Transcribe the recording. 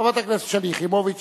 חברת הכנסת שלי יחימוביץ.